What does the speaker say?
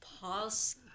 pause